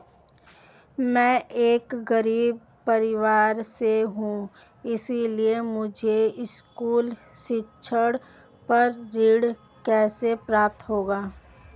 मैं एक गरीब परिवार से हूं इसलिए मुझे स्कूली शिक्षा पर ऋण कैसे प्राप्त होगा?